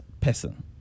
person